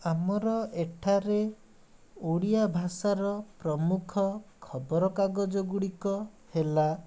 ଆମର ଏଠାରେ ଓଡ଼ିଆ ଭାଷାର ପ୍ରମୁଖ ଖବର କାଗଜଗୁଡ଼ିକ ହେଲା